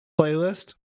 playlist